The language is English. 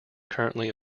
currently